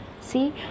See